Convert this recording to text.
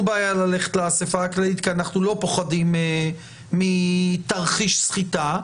בעיה ללכת לאספה הכללית כי אנחנו לא פוחדים מתרחיש סחיטה,